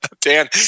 Dan